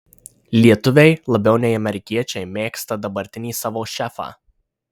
lietuviai labiau nei amerikiečiai mėgsta dabartinį savo šefą